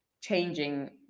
changing